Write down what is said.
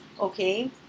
okay